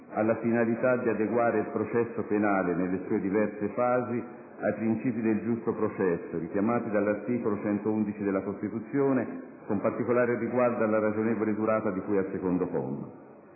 alla finalità di adeguare il processo penale, nelle sue diverse fasi, ai principi del "giusto processo" richiamati dall'articolo 111 della Costituzione, con particolare riguardo alla "ragionevole durata" di cui al secondo comma.